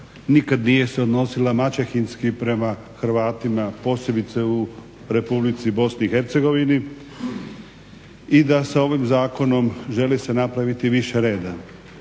nikad nije se odnosila maćehinski prema Hrvatima posebice u Republici BiH i da se ovim zakonom želi napraviti više reda.